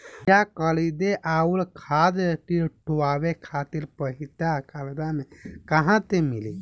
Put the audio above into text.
बीया खरीदे आउर खाद छिटवावे खातिर पईसा कर्जा मे कहाँसे मिली?